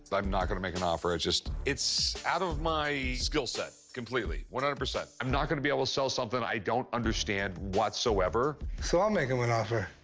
but i'm not gonna make an offer. it just it's out of my skill set completely, one hundred. i'm not gonna be able to sell something i don't understand whatsoever. so i'll make him an offer.